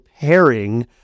pairing